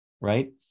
right